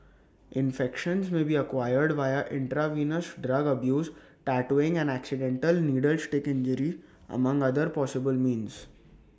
infections may be acquired via intravenous drug abuse tattooing and accidental needle stick injury among other possible means